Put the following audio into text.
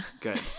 good